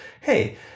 hey